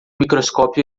microscópio